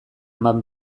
eman